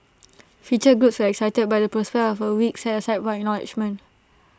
featured groups were excited by the prospect of A week set aside for acknowledgement